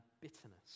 bitterness